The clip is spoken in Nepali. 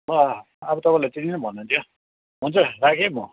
ल अब तपाईँलाई त्यति नै भन्नु थियो हुन्छ राखेँ है म